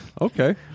Okay